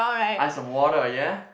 ice and water ya